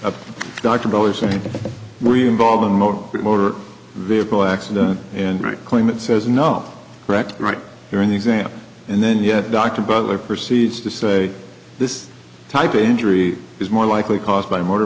saying were you involved in motor motor vehicle accident and right claim it says no correct right during the exam and then yet dr butler proceeds to say this type of injury is more likely caused by motor